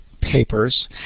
papers